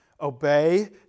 obey